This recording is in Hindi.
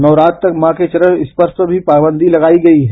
नवरात्र तक माँ के करण स्पर्श पर पाबंदी लगाई गई है